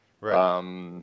right